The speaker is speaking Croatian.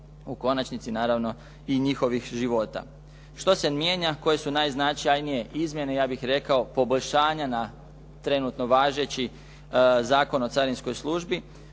u konačnici, naravno i njihovih života. Što se mijenja? Koje su najznačajnije izmjene, ja bih rekao poboljšanja na trenutno važeći Zakon o carinskoj službi?